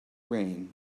rain